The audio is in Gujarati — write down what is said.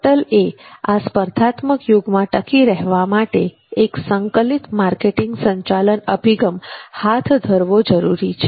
હોટેલએ આ સ્પર્ધાત્મક યુગમાં ટકી રહેવા માટે એક સંકલિત માર્કેટીંગ સંચાલન અભિગમ હાથ ધરવો જરૂરી છે